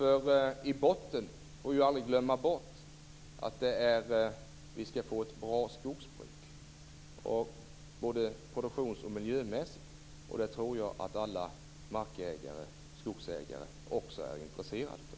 Vi får aldrig glömma bort att i botten är det för att vi skall få ett bra skogsbruk både produktions och miljömässigt, och det tror jag att alla markägare och skogsägare är intresserade av.